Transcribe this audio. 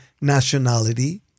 nationality